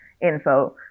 info